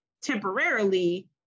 temporarily